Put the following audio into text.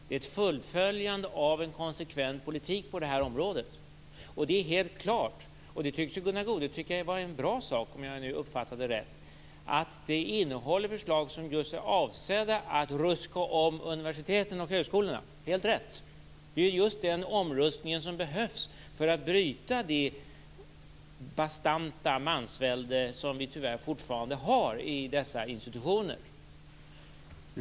Det är ett fullföljande av en konsekvent politik på det här området. Det är helt klart, och det tycks Gunnar Goude tycka vara en bra sak, om jag uppfattade det rätt, att den innehåller förslag som just är avsedda att ruska om universiteten och högskolorna. Helt rätt. Det är just den omruskningen som behövs för att bryta det bastanta mansvälde som vi tyvärr fortfarande har i dessa institutioner.